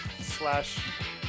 slash